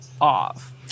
off